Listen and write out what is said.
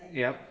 yup